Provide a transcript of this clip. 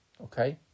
okay